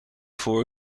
voor